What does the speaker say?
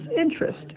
interest